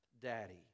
daddy